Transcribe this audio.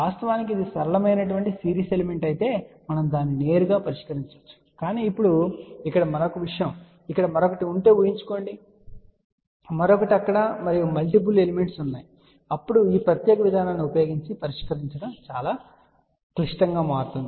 వాస్తవానికి ఇది సరళమైన సిరీస్ ఎలిమెంట్ అయితే మనం దాన్ని నేరుగా పరిష్కరించవచ్చు కానీ ఇప్పుడు ఇక్కడ మరొక విషయం ఇక్కడ మరొకటి ఉంటే ఊహించుకోండి మరొకటి అక్కడ మరియు మల్టిపుల్ ఎలిమెంట్స్ ఉన్నాయి అప్పుడు ఈ ప్రత్యేక విధానాన్ని ఉపయోగించి పరిష్కరించడం చాలా క్లిష్టంగా మారుతుంది